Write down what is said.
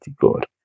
God